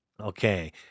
Okay